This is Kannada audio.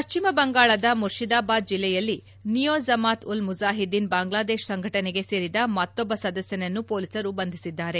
ಪಶ್ನಿಮ ಬಂಗಾಳದ ಮುರ್ಷದಾಬಾದ್ ಜೆಲ್ಲೆಯಲ್ಲಿ ನಿಯೊ ಜಮಾತ್ ಉಲ್ ಮುಜಾಹಿದ್ದೀನ್ ಬಾಂಗ್ಲಾದೇಶ್ ಸಂಘಟನೆಗೆ ಸೇರಿದ ಮತ್ತೊಬ್ಲ ಸದಸ್ಯನನ್ನು ಪೊಲೀಸರು ಬಂಧಿಸಿದ್ದಾರೆ